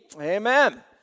Amen